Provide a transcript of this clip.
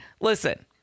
listen